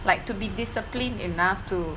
like to be disciplined enough to